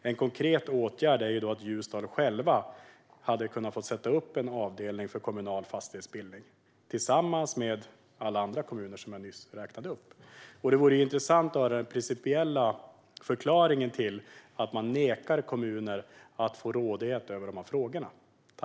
En konkret åtgärd skulle kunna vara att Ljusdals kommun och alla andra kommuner som jag nyss räknade upp fick sätta upp egna avdelningar för kommunal fastighetsbildning. Fru talman! Det vore intressant att få höra den principiella förklaringen till att man nekar kommuner rådighet över de frågorna.